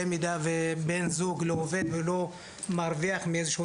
במידה ובן זוג לא עובד ולא מרוויח מאיזשהו